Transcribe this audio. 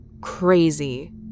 crazy